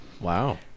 Wow